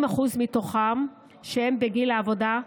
ו-40% מתוכם שהם בגיל העבודה,